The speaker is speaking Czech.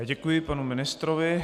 Děkuji panu ministrovi.